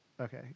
Okay